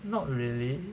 not really